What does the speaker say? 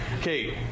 Okay